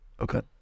Okay